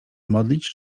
modlić